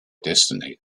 destiny